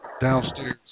downstairs